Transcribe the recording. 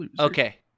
Okay